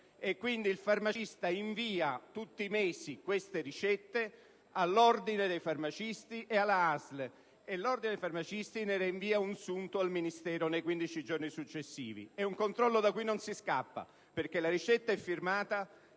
E infatti il farmacista deve inviare tutti i mesi queste ricette all'ordine dei farmacisti e alla ASL, poi l'ordine dei farmacisti ne reinvia un sunto al Ministero nei quindici giorni successivi. È un controllo da cui non si scappa, perché la ricetta è firmata